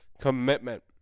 commitment